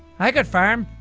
i could farm.